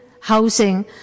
housing